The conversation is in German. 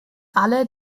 alle